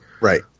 Right